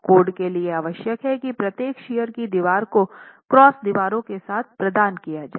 code के लिए आवश्यक है कि प्रत्येक शियर की दीवार को क्रॉस दीवारों के साथ प्रदान किया जाए